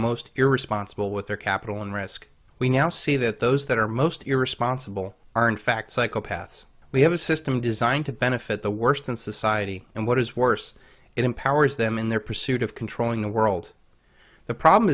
most irresponsible with their capital and risk we now see that those that are most irresponsible are in fact psychopaths we have a system designed to benefit the worst in society and what is worse it empowers them in their pursuit of controlling the world the problem